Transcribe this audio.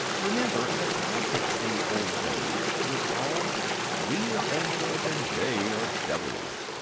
remember that politics in the old days was all we are angels and they are devils.